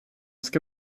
ska